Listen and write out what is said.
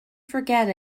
forget